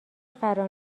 قرار